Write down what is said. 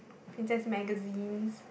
it just magazines